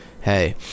hey